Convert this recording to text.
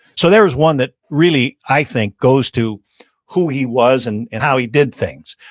so there was one that really, i think, goes to who he was and and how he did things.